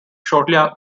shortly